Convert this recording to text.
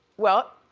well,